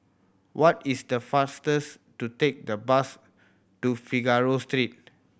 what is the fastest to take the bus to Figaro Street